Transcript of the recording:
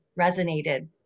resonated